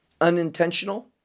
unintentional